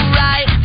right